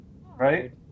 Right